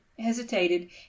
hesitated